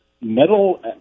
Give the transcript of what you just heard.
metal